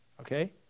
Okay